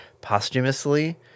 posthumously